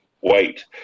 wait